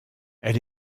elle